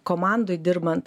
komandoj dirbant